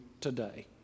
today